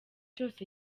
cyose